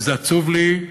וזה עצוב לי,